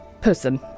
person